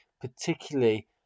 particularly